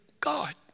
God